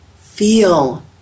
feel